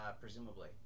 presumably